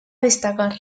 destacar